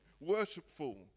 worshipful